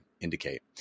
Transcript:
indicate